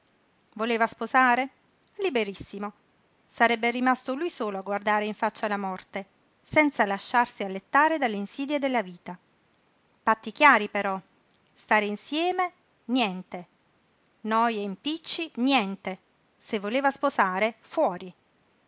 voleva sposare liberissimo sarebbe rimasto lui solo a guardare in faccia la morte senza lasciarsi allettare dalle insidie della vita patti chiari però stare insieme niente noje impicci niente se voleva sposare fuori